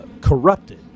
corrupted